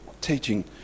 Teaching